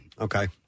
Okay